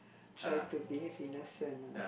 try to behave innocent ah